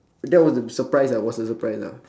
that was a surprise I was uh surprised ah